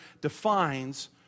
defines